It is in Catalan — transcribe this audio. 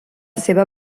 seva